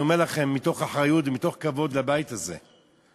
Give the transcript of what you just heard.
אני אומר לכם מתוך אחריות ומתוך כבוד לבית הזה,